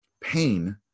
Pain